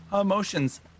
emotions